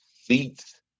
seats